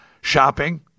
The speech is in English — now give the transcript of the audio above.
shopping